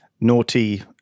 naughty